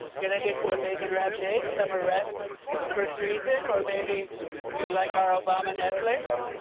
can i get you a bacon-wrapped dates? some arrests for treason? or maybe you'd like our obama netflix?